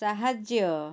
ସାହାଯ୍ୟ